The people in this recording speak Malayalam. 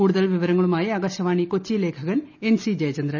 കൂടുതൽ വിവരങ്ങളുമായ ആകാശവാണി കൊച്ചി ലേഖകൻ എൻ സി ജയചന്ദ്രൻ